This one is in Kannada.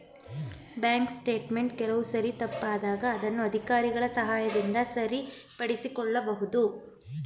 ಬ್ಯಾಂಕ್ ಸ್ಟೇಟ್ ಮೆಂಟ್ ಕೆಲವು ಸಾರಿ ತಪ್ಪಾದಾಗ ಅದನ್ನು ಅಧಿಕಾರಿಗಳ ಸಹಾಯದಿಂದ ಸರಿಪಡಿಸಿಕೊಳ್ಳಬಹುದು